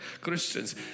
Christians